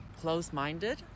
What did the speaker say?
close-minded